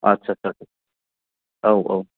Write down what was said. आतसा सा औ औ